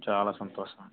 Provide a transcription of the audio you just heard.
చాలా సంతోషం